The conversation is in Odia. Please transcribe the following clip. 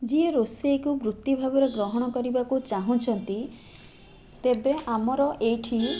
ଯିଏ ରୋଷେଇକୁ ବୃତ୍ତି ଭାବରେ ଗ୍ରହଣ କରିବାକୁ ଚାହୁଁଛନ୍ତି ତେବେ ଆମର ଏଇଠି